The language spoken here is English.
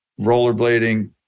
rollerblading